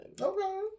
Okay